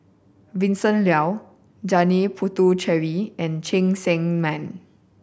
Vincent Leow Janil Puthucheary and Cheng Tsang Man